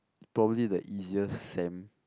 probably the easiest sem